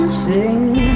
sing